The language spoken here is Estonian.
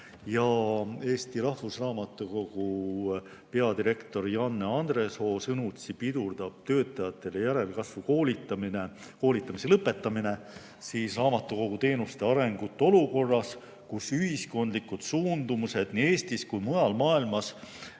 Eesti Rahvusraamatukogu peadirektori Janne Andresoo sõnutsi pidurdab töötajatele järelkasvu koolitamise lõpetamine raamatukoguteenuste arengut olukorras, kus ühiskondlikud suundumused nii Eestis kui mujal maailmas